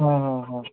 हं हं हं